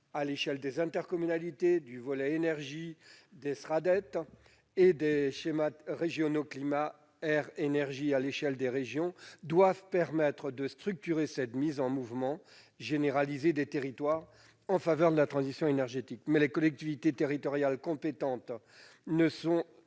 à l'échelle des intercommunalités, du volet énergie des Sraddet et des SRCAE à l'échelle des régions doivent permettre de structurer cette mise en mouvement généralisée des territoires en faveur de la transition énergétique. Mais les collectivités territoriales compétentes se sont vu